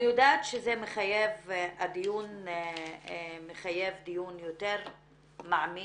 אני יודעת שהדיון מחייב דיון יותר מעמיק.